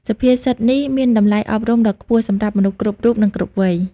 សុភាសិតនេះមានតម្លៃអប់រំដ៏ខ្ពស់សម្រាប់មនុស្សគ្រប់រូប និងគ្រប់វ័យ។